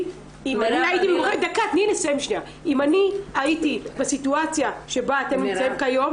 אם אני הייתי בסיטואציה שבה אתם נמצאים כיום,